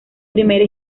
primera